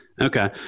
Okay